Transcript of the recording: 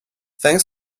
thanks